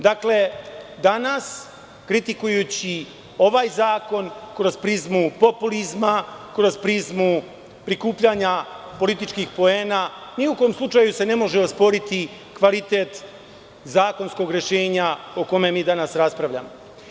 Dakle, danas, kritikujući ovaj zakon kroz prizmu populizma, kroz prizmu prikupljanja političkih poena, ni u kom slučaju se ne može osporiti kvalitet zakonskog rešenja o kome mi danas raspravljamo.